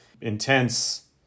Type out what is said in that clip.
intense